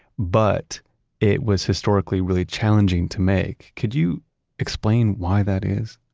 but it was historically really challenging to make. could you explain why that is?